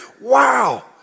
Wow